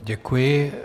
Děkuji.